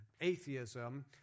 atheism